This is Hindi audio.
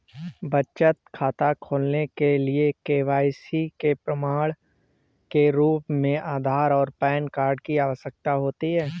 बचत खाता खोलने के लिए के.वाई.सी के प्रमाण के रूप में आधार और पैन कार्ड की आवश्यकता होती है